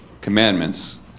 commandments